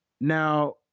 Now